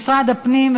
משרד הפנים,